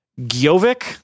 Giovic